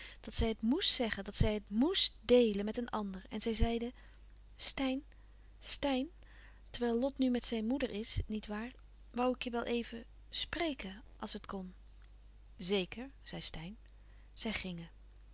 dat zij het moest zeggen dat zij het moest deelen met een ander en zij zeide steyn steyn terwijl lot nu met zijn moeder is niet waar woû ik je wel even spreken als het kon zeker zei steyn zij gingen